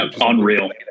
unreal